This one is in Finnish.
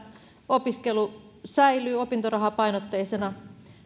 opiskelu säilyy opintorahapainotteisena